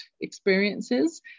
experiences